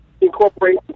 incorporate